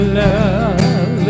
love